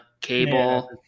cable